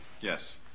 Yes